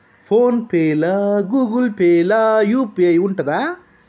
Phone pay లా Google Pay లా UPI ఉంటదా?